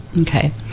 Okay